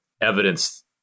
evidence